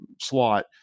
slot